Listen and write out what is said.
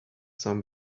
some